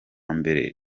mbere